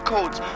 Codes